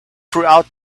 throughout